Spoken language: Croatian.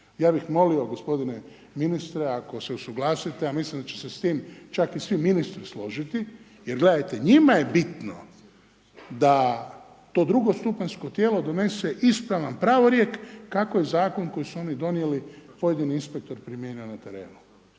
Ja bih molio gospodine ministre ako se usuglasite a mislim da će se s tim čak i svi ministri složiti jer gledajte, njima je bitno da to drugostupanjsko tijelo donese ispravan pravorijek kako zakon koji su oni donijeli pojedini bi inspektor primijenio na terenu.